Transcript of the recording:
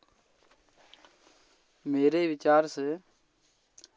मेरे विचार से